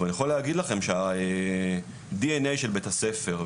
ואני יכול להגיד לכם שה-DNA של בית הספר,